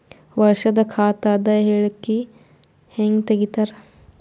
ವರ್ಷದ ಖಾತ ಅದ ಹೇಳಿಕಿ ಹೆಂಗ ತೆಗಿತಾರ?